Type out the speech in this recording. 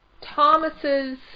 Thomas's